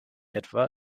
etwa